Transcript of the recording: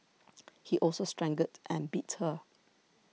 he also strangled and beat her